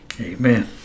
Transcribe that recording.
Amen